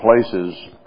places